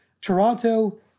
Toronto